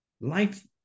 life